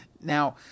Now